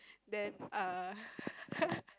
then err